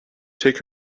take